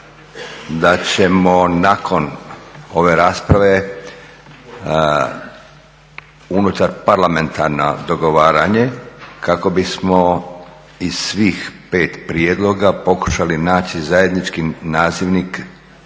da ćemo nakon ove rasprave unutar parlamentarno dogovaranje kako bismo iz svih pet prijedloga pokušali naći zajednički nazivnik